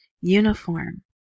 uniform